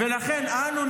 לכן אנו,